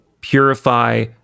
purify